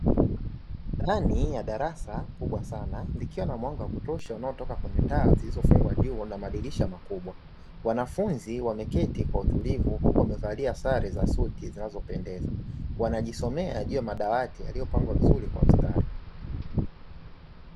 Ndani ya darasa kubwa sana, likiwa na mwanga wa kutosha unaotoka kwenye taa zilizofungwa juu na madirisha makubwa. Wanafunzi wameketi kwa utulivu huku wamevalia sare za suti zinazopendeza, wanajisomea juu ya madawati yaliyopangwa vizuri kwa mstari.